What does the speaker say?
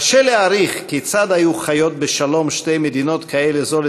קשה להעריך כיצד היו חיות בשלום שתי מדינות כאלו זו